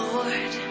Lord